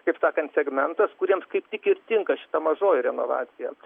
kaip sakant segmentas kuriems kaip tik ir tinka šita mažoji renovacija